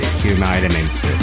humanelements